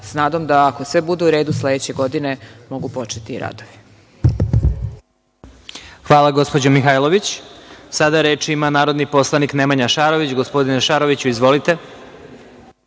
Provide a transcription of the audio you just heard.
sa nadom da ako sve bude u redu, sledeće godine mogu početi i radovi. **Vladimir Marinković** Hvala, gospođo Mihajlović. Sad reč ima narodni poslanik Nemanja Šarović. Gospodine Šaroviću, izvolite.